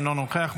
אינו נוכח,